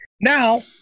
now